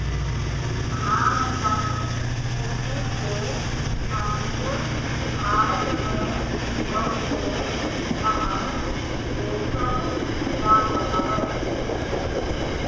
Thompson किसिम के अंगूर भारत में बहुते महंग बेचल जात हअ